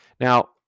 Now